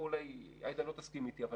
אולי עאידה לא תסכים אתי אבל